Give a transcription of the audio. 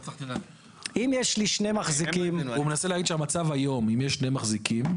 הוא מנסה להגיד שהמצב היום, אם יש שני מחזיקים,